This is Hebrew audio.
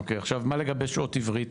אוקיי, ומה לגבי שעות עברית?